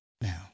now